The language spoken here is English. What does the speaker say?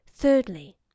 Thirdly